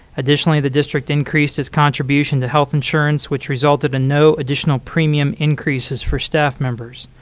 additionally, the district increased its contribution to health insurance, which resulted in no additional premium increases for staff members.